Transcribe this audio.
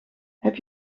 heb